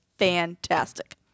Fantastic